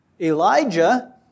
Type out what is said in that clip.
Elijah